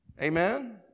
Amen